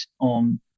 on